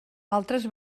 altres